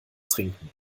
trinken